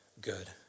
good